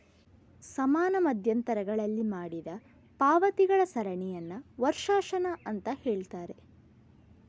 ಸಮಾನ ಮಧ್ಯಂತರಗಳಲ್ಲಿ ಮಾಡಿದ ಪಾವತಿಗಳ ಸರಣಿಯನ್ನ ವರ್ಷಾಶನ ಅಂತ ಹೇಳ್ತಾರೆ